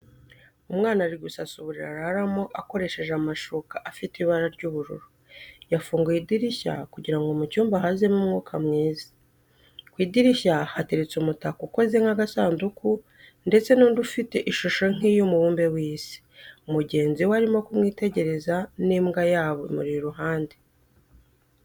Umwana ari gusasa uburiri araramo akoresheje amashuka afite ibara ry'ubururu, yafunguye idirishya kugira ngo mu cyumba hazemo umwuka mwiza, ku idirishya hateretse umutako ukoze nk'agasanduku ndetse n'undi ufite ishusho nk'iy'umubumbe w'Isi, mugenzi we arimo kumwitegereza, n'imbwa yabo imuri iruhande.